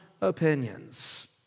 opinions